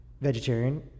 vegetarian